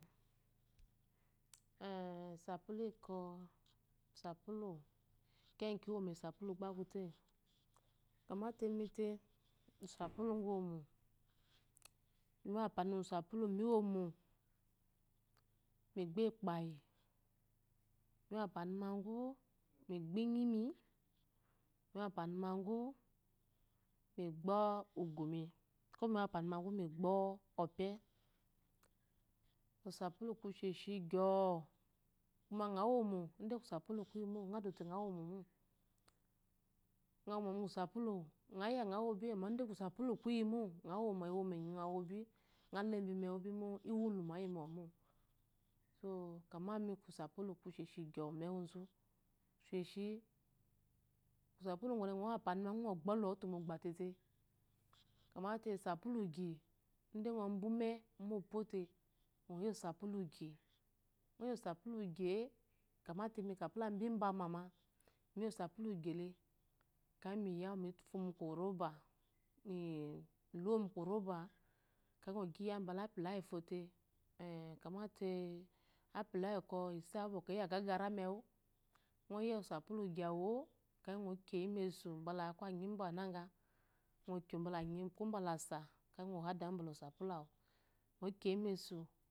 Eh-sapulu ɔyi kɔ, eh-ki ki wo mu esapulu gba aku te. Kamate imi ke kusapulu ugwu ewomo, mi ampani musa muluwu ewomo, migba ekpayi, mi wo ampani magu mi gbanyi, mi ampani magu migbo ugumi, mi ampani magu migbo ɔpe. Kusapulu ku sheshi gyɔ. Kuma ngɔ womo ide kosapulu kuyi mo ngɔ womo mo. ngɔ womo mu kosapulu mo ngɔ womo iyangha amma de kosapulu kushoshi gyɔ mu ewuzu, ku sheshi, kosapulu ku gwɔle ngɔ wo ampani magu ngɔ gbo luto magu mogba tėtė. Kyamate osapule ogyi, ide ngo’ mba ume, ume we epȯ te, ngɔ ya osapulu ogyi, ogɔ ya osapulu ogyi-e kyamate ime kami lami mbama ma miya osapulu ogyi le, ekeyi miya wu mu fuwu mu koroba, mi lowu mu koroba, ekeyi ngɔ gyi ya bula ampula iyi fo te kyamate ampula iyi ba isa wu eyi aggara mewu, ngɔ ya osapula ogyi awu-o ekeyi ngɔ kyoyi mesu bula ko anyi mba anaga, kyobula anyi mbalasa ekweyi ngɔ hada wu bula osapulu awu ngɔ kyoyi mesu.